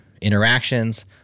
interactions